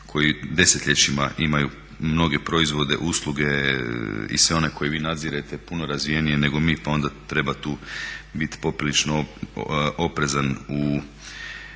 koji desetljećima imaju mnoge proizvode, usluge i sve one koje vi nadzirete puno razvijenije nego mi. Pa onda treba tu biti poprilično oprezan u